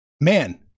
Man